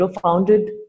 founded